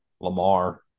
Lamar